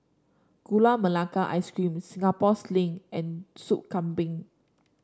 Gula Melaka Ice Cream Singapore Sling and Soup Kambing